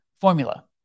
formula